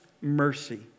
mercy